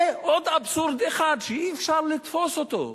זה עוד אבסורד שאי-אפשר לתפוס אותו.